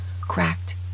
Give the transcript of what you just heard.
cracked